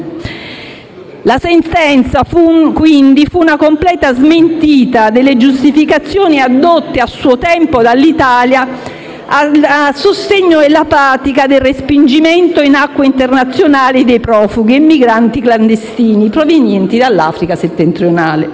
La sentenza fu quindi una completa smentita delle giustificazioni addotte a suo tempo dall'Italia a sostegno della pratica del respingimento in acque internazionali dei profughi e migranti clandestini provenienti dall'Africa settentrionale.